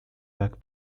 back